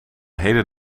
hele